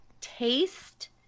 taste